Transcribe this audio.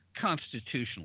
constitutionally